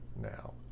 now